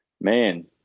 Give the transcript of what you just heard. Man